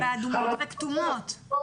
כמה